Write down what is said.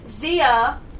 Zia